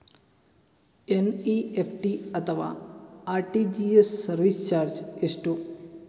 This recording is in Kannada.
ಎನ್.ಇ.ಎಫ್.ಟಿ ಅಥವಾ ಆರ್.ಟಿ.ಜಿ.ಎಸ್ ಸರ್ವಿಸ್ ಚಾರ್ಜ್ ಎಷ್ಟು?